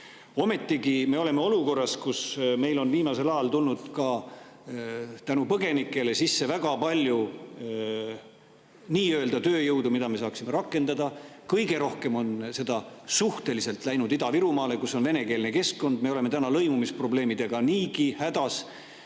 me oleme olukorras, kus meil on viimasel ajal tulnud ka tänu põgenikele sisse väga palju tööjõudu, mida me saaksime rakendada. Kõige rohkem on seda suhteliselt läinud Ida-Virumaale, kus on venekeelne keskkond. Me oleme täna lõimumisprobleemidega niigi hädas.